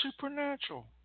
supernatural